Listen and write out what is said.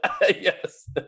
Yes